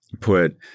put